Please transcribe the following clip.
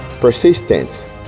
Persistence